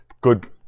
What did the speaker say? good